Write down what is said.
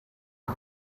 cup